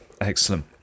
Excellent